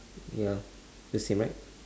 ya the same right